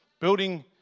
Building